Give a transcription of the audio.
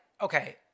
Okay